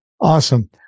Awesome